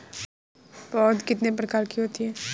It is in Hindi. पौध कितने प्रकार की होती हैं?